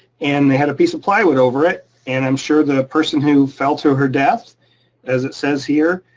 and they had a piece of plywood over it. and i'm sure the person who fell to her death as it says here